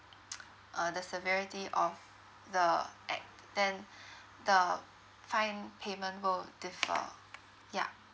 uh the severity of the act then the fine payment will differ ya